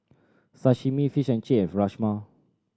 Sashimi Fish and Chip Rajma